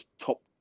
top